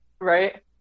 Right